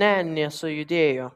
nė nesujudėjo